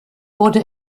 wurde